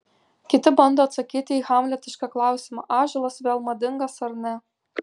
kiti bando atsakyti į hamletišką klausimą ąžuolas vėl madingas ar ne